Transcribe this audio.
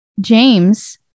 James